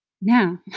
Now